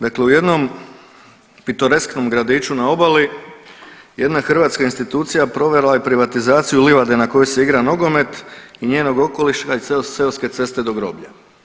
Dakle u jednom pitoresknom gradiću na obali jedna hrvatska institucija provela je privatizaciju livade na kojoj se igra nogomet i njenog okoliša i cijele seoske ceste do groblja.